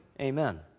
amen